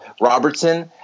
Robertson